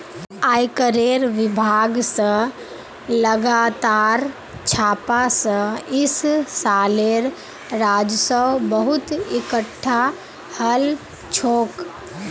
आयकरेर विभाग स लगातार छापा स इस सालेर राजस्व बहुत एकटठा हल छोक